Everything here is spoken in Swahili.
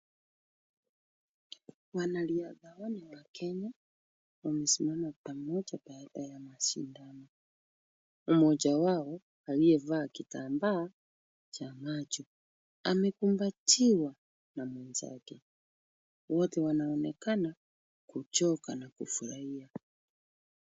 Wanariadha hawa ni wa Kenya wamesimama pamoja baada ya mashindano. Mmoja wao aliyevaa kitambaa cha macho amekumbatiwa na mwenzake. Wote wanaonekana kuchoka na kufurahia.